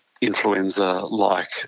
influenza-like